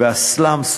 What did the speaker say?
והסלאמס,